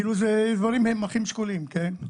כאילו הם אחים שכולים, כן?